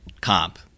comp